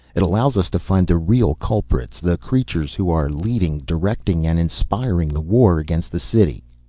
it allows us to find the real culprits, the creatures who are leading, directing and inspiring the war against the city.